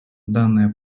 данная